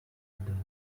adonne